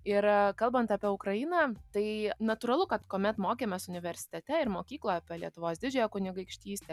ir kalbant apie ukrainą tai natūralu kad kuomet mokėmės universitete ir mokykloje apie lietuvos didžiąją kunigaikštystę